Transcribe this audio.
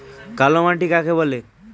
কালো মাটি কাকে বলে?